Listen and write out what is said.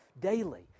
daily